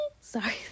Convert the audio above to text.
sorry